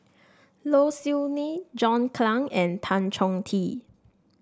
Low Siew Nghee John Clang and Tan Chong Tee